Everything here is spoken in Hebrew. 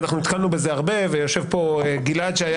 ונתקלנו בזה הרבה יושב פה גלעד שהיה